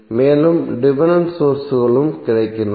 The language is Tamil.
மேலும் டிபென்டென்ட் சோர்ஸ்களும் கிடைக்கின்றன